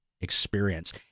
experience